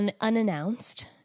unannounced